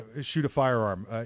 shoot-a-firearm